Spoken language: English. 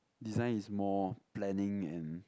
design is more planning and